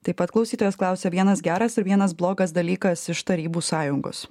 taip pat klausytojas klausia vienas geras ir vienas blogas dalykas iš tarybų sąjungos